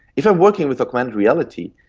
if i'm working with augmented reality,